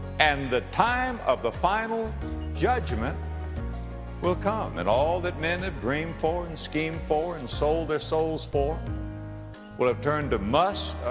and the time of the final judgment will come and all that men had dreamed for and schemed for and sold their souls for will have turned to muss,